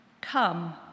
Come